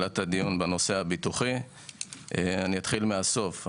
אני אתחיל מהסוף.